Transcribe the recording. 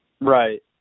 Right